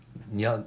你要